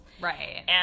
Right